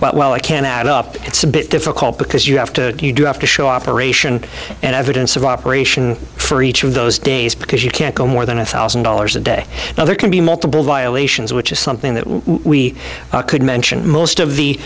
but well i can add up it's a bit difficult because you have to you do have to show operation and evidence of operation for each of those days because you can't go more than a thousand dollars a day now there can be multiple violations which is something that we could mention most of the